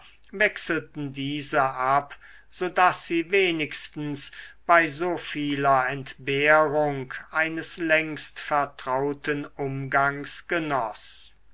wechselten diese ab so daß sie wenigstens bei so vieler entbehrung eines längstvertrauten umgangs genoß